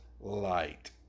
light